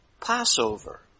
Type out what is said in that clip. Passover